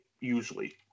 usually